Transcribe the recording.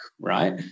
right